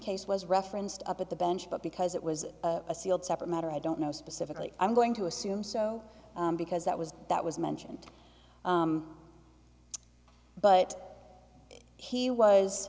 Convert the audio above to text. case was referenced up at the bench but because it was a sealed separate matter i don't know specifically i'm going to assume so because that was that was mentioned but he was